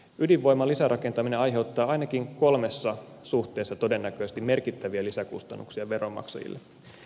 ydinvoiman lisärakentaminen aiheuttaa ainakin kolmessa suhteessa todennäköisesti merkittäviä lisäkustannuksia veronmaksajille